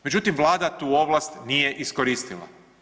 Međutim, Vlada tu ovlast nije iskoristila.